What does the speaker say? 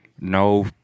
no